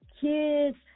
kids